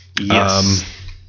Yes